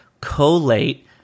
collate